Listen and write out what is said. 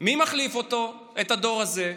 מי מחליף את הדור הזה?